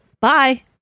Bye